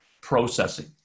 processing